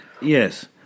yes